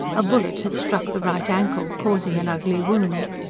a bullet had struck the right ankle, causing an ugly wound.